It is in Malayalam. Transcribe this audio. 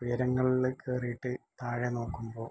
ഉയരങ്ങളിൽ കയറിയിട്ട് താഴെ നോക്കുമ്പോൾ